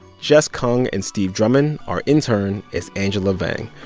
jess kung and steve drummond. our intern is angela vang.